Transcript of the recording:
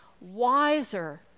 wiser